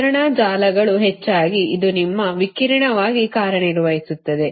ವಿತರಣಾ ಜಾಲಗಳು ಹೆಚ್ಚಾಗಿ ಇದು ನಿಮ್ಮ ವಿಕಿರಣವಾಗಿ ಕಾರ್ಯನಿರ್ವಹಿಸುತ್ತದೆ